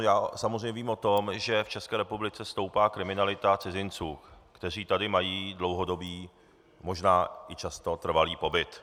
Já samozřejmě vím o tom, že v České republice stoupá kriminalita cizinců, kteří tady mají dlouhodobý, možná často trvalý pobyt.